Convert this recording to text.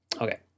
Okay